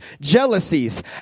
jealousies